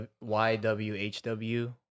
Y-W-H-W